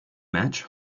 match